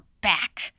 back